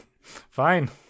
Fine